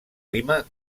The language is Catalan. lima